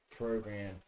Program